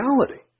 reality